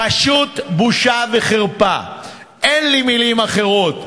פשוט בושה וחרפה, אין לי מילים אחרות.